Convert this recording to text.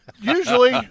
usually